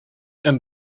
een